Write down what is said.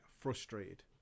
frustrated